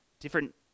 different